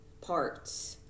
parts